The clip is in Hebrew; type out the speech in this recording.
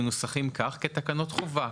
שמנוסחים כך כתקנות חובה.